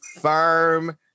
firm